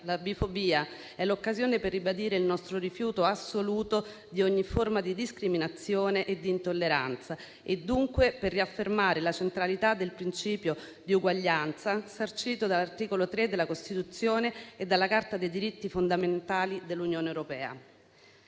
la bifobia è l'occasione per ribadire il nostro rifiuto assoluto di ogni forma di discriminazione e di intolleranza e dunque per riaffermare la centralità del principio di uguaglianza sancito dall'articolo 3 della Costituzione e dalla Carta dei diritti fondamentali dell'Unione europea.